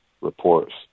reports